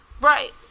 Right